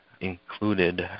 included